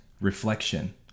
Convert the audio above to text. reflection